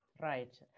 right